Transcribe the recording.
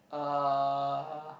uh